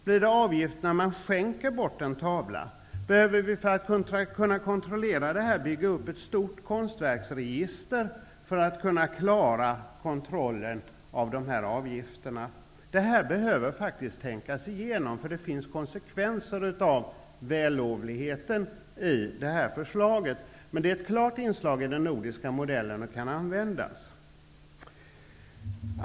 Blir det avgift när man skänker bort en tavla? Behöver vi bygga upp ett stort konstverksregister, för att kunna klara kontrollen av dessa avgifter? Detta behöver faktiskt tänkas igenom. Det finns konsekvenser av vällovligheten i förslaget. Men det är ett klart inslag i den nordiska modellen och kan användas.